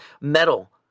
metal